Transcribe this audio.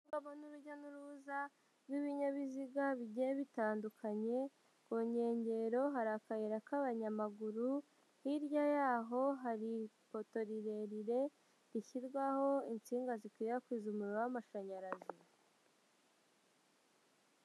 Hari urujya n'uruza rw'ibinyabiziga bigiye bitandukanye, ku nkengero hari akayira k'abanyamaguru, hirya yaho hari ipoto rirerire rishyirwaho insinga zikwirakwiza umuriro w'amashanyarazi.